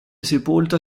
sepolta